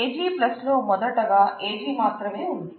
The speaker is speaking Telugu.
AG లో మొదటగా AG మాత్రమే ఉంది